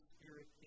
Spirit